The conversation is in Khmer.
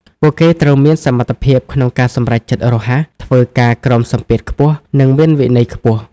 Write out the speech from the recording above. ពួកគេត្រូវមានសមត្ថភាពក្នុងការសម្រេចចិត្តរហ័ស ធ្វើការក្រោមសម្ពាធខ្ពស់ និងមានវិន័យខ្ពស់។